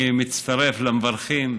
אני מצטרף למברכים